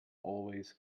always